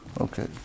Okay